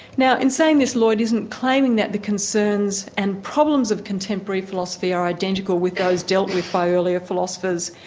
now in saying this, lloyd isn't claiming that the concerns and problems of contemporary philosophy are identical with those dealt with by earlier philosophers,